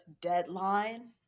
deadline